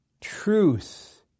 truth